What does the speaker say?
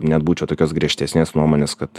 net būčiau tokios griežtesnės nuomonės kad